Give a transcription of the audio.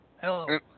Hello